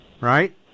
right